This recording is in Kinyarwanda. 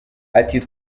ati